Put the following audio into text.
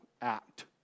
act